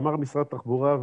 ואמר משרד התחבורה,